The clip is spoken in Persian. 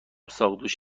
ساقدوش